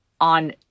on